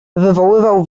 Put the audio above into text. wywoływał